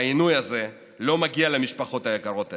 והעינוי הזה לא מגיע למשפחות היקרות האלה.